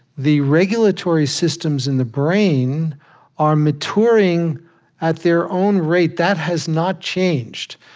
the regulatory systems in the brain are maturing at their own rate. that has not changed.